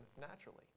naturally